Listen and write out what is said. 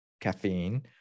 caffeine